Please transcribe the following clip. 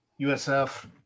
USF